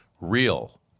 real